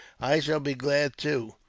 i shall be glad, too,